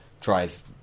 tries